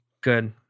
Good